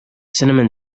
cinnamon